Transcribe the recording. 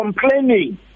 complaining